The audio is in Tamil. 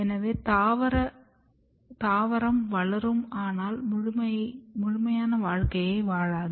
எனவே தாவரம் வளரும் ஆனால் முழுமையான வாழ்க்கையை வாழாது